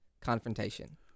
confrontation